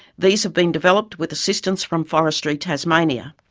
these have been developed with assistance from forestry tasmania.